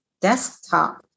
desktop